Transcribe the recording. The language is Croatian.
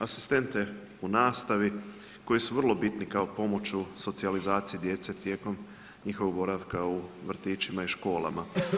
Asistente u nastavi koji su vrlo bitni kao pomoć u socijalizaciji djece tijekom njihovog boravka u vrtićima i školama.